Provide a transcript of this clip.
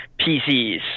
PCs